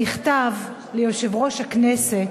מכתב ליושב-ראש הכנסת,